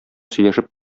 сөйләшеп